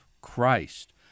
Christ